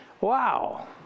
Wow